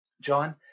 john